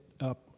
up